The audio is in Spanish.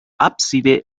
ábside